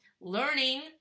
learning